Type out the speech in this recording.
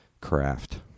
craft